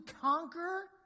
conquer